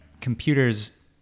computers